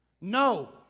No